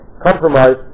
compromise